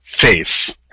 face